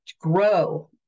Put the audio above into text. grow